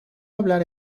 hablar